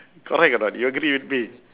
correct or not you agree with me